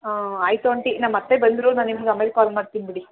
ಹಾಂ ಆಯಿತು ಆಂಟಿ ನಮ್ಮ ಅತ್ತೆ ಬಂದರು ನಾನು ನಿಮ್ಗೆ ಆಮೇಲೆ ಕಾಲ್ ಮಾಡ್ತೀನಿ ಬಿಡಿ